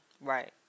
Right